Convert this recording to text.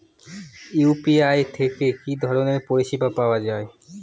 UPI থেকে কি ধরণের পরিষেবা পাওয়া য়ায়?